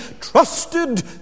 trusted